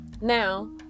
now